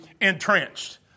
entrenched